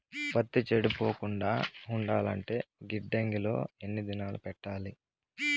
పత్తి చెడిపోకుండా ఉండాలంటే గిడ్డంగి లో ఎన్ని దినాలు పెట్టాలి?